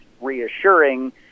reassuring